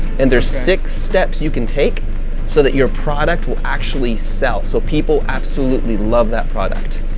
and there's six steps you can take so that your product will actually sell, so people absolutely love that product.